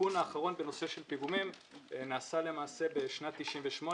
כשהתיקון האחרון בנושא של פיגומים נעשה למעשה בשנת 1998,